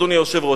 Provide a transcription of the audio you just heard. אדוני היושב-ראש,